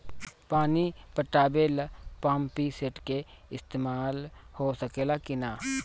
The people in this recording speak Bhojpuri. पानी पटावे ल पामपी सेट के ईसतमाल हो सकेला कि ना?